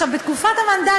בתקופת המנדט,